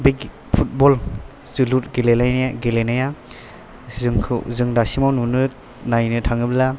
बे फुटबल जोलुर गेलेलाय गेलेनाया जोंखौ जों दासिमाव नुनो मोनो नायनो थाङोब्ला